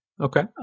Okay